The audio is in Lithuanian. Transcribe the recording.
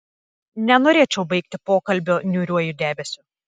nenorėčiau baigti pokalbio niūriuoju debesiu